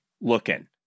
looking